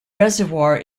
reservoir